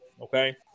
Okay